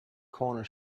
corner